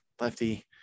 Lefty